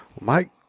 Mike